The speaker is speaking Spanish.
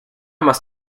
más